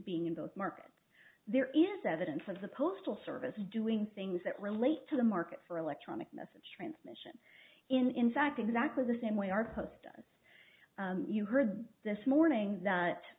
being in those markets there is evidence of the postal service doing things that relate to the market for electronic message transmission in fact exactly the same way our post does you heard this morning that